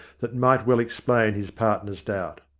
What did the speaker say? that might well explain his partner's doubt.